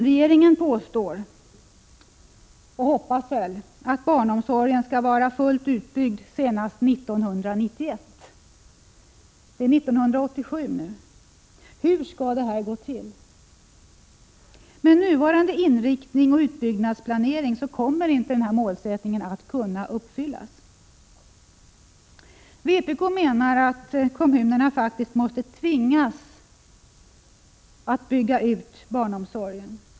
Regeringen påstår, och hoppas väl, att barnomsorgen skall vara fullt utbyggd senast 1991. Det är 1987 nu. Hur skall det gå till? Med nuvarande inriktning och utbyggnadsplanering kommer inte denna målsättning att kunna uppnås. Vpk menar att kommunerna faktiskt måste tvingas att bygga ut barnomsorgen.